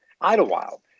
Idlewild